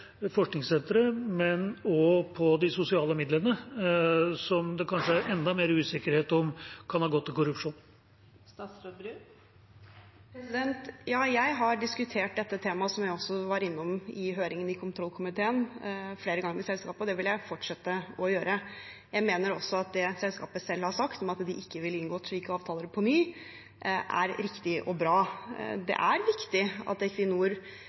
forskningssenteret, men også de sosiale midlene, som det kanskje er enda mer usikkerhet om kan ha gått til korrupsjon? Ja, jeg har diskutert dette temaet, som jeg også var innom i høringen i kontrollkomiteen, flere ganger med selskapet, og det vil jeg fortsette å gjøre. Jeg mener også at det selskapet selv har sagt om at de ikke ville inngått slike avtaler på ny, er riktig og bra. Det er viktig at